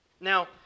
Now